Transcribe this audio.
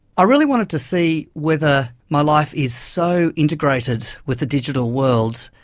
i really wanted to see whether my life is so integrated with the digital world,